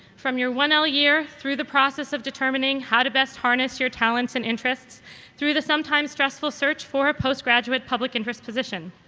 from your one l year through the process of determining how to best harness your talents and interests through the sometimes stressful search for a postgraduate public interest position.